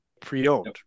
pre-owned